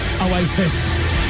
Oasis